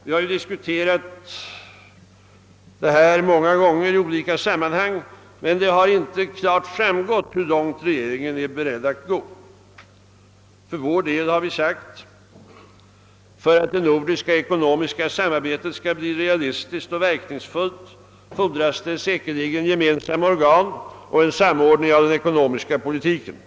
Vi har diskuterat detta många gånger i olika sammanhang, men det har inte klart framgått hur långt regeringen är beredd att gå. För vår del har vi sagt: För att det nordiska ekonomiska samarbetet skall bli realistiskt och verk Ningsfullt fordras det säkerligen gemensamma organ och t.ex. en samord Ning av den ekonomiska politiken.